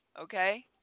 Okay